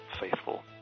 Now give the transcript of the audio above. faithful